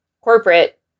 corporate